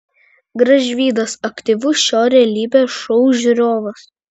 gražvydas aktyvus šio realybės šou žiūrovas